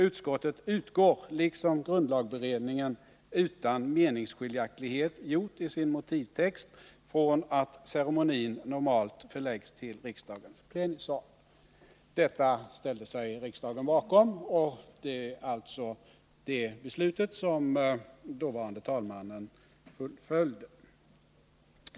Utskottet utgår, liksom grundlagberedningen utan meningsskiljaktighet gjort i sin motivtext, från att ceremonin normalt förläggs till riksdagens plenisal.” Detta ställer sig riksdagen bakom, och det är alltså det beslutet som dåvarande talmannen fullföljde.